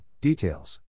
details